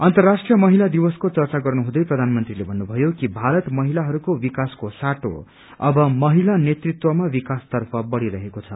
अन्तराष्ट्रिय महिला दिवसको चच्च गर्नुहुँदै प्रथनमंत्रीले भन्नुभयो कि भारत महिलाहरूको विकासको साटो अब महिला नेतृत्वमा विकास तर्फ बढ़िरहेको छ